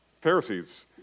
Pharisees